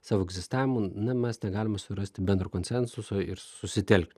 savo egzistavimu na mes negalime surasti bendro konsensuso ir susitelkti